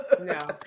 no